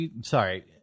Sorry